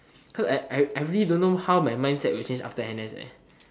cause I I I really don't know how my mindset will change after n_s